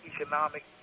economic